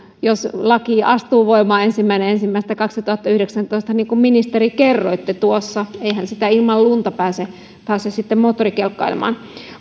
jos laki astuu voimaan ensimmäinen ensimmäistä kaksituhattayhdeksäntoista niin kuin ministeri kerroitte tuossa eihän sitä ilman lunta pääse sitten moottorikelkkailemaan